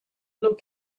look